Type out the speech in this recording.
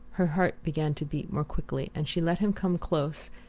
her heart began to beat more quickly, and she let him come close,